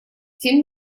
тем